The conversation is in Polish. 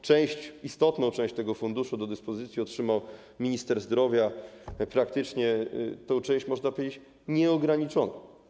Część, istotną część tego funduszu do dyspozycji otrzymał minister zdrowia, praktycznie tę część, można powiedzieć, nieograniczoną.